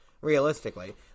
realistically